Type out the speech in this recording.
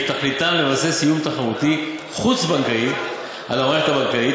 שתכליתם לבסס איום תחרותי חוץ-בנקאי על המערכת הבנקאית,